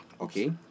Okay